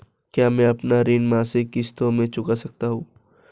क्या मैं अपना ऋण मासिक किश्तों में चुका सकता हूँ?